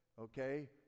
Okay